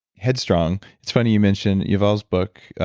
head strong. it's funny you mentioned yuval's book,